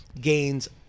gains